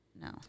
no